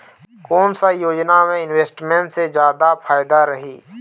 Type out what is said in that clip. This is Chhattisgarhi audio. कोन सा योजना मे इन्वेस्टमेंट से जादा फायदा रही?